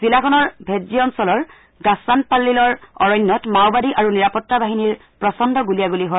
জিলাখনৰ ভেজ্জী অঞ্চলৰ গচ্চানপাল্লীলৰ অৰণ্যত মাওবাদী আৰু নিৰাপত্তা বাহিনীৰ প্ৰচণ্ড গুলীয়াগুলী হয়